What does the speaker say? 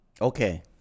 Okay